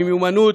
במיומנות,